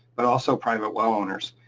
but also private well owners.